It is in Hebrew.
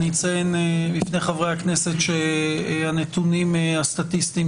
אני אציין בפני חברי הכנסת שהנתונים הסטטיסטיים